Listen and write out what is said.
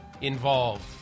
involved